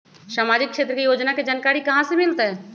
सामाजिक क्षेत्र के योजना के जानकारी कहाँ से मिलतै?